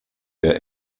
der